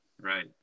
right